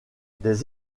des